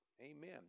Amen